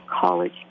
college